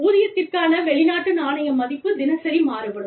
ஊதியத்திற்கான வெளிநாட்டு நாணய மதிப்பு தினசரி மாறுபடும்